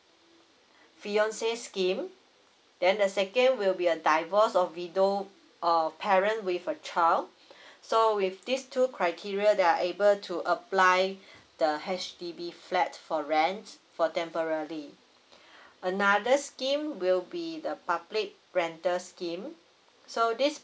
fiance scheme then the second will be a divorce or widow or parent with a child so with these two criteria they're able to apply the H_D_B flat for rent for temporary another scheme will be the public rental scheme so this